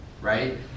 right